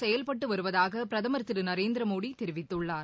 செயல்பட்டு வருவதாக பிரதமர் திரு நரேந்திர மோதி தெரிவித்துள்ளார்